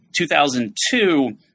2002